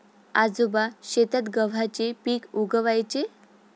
आजोबा शेतात गव्हाचे पीक उगवयाचे